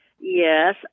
Yes